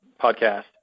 podcast